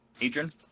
Adrian